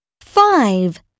five